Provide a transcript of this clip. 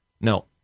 No